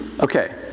Okay